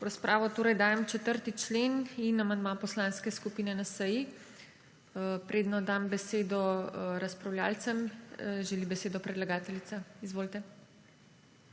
V razpravo torej dajem 4. člen in amandma Poslanske skupine NSi. Preden dam besedo razpravljavcem želi besedo predlagateljica? Izvolite.